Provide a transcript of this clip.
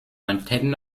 antennen